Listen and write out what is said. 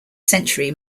century